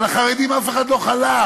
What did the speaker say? על החרדים אף אחד לא חלם.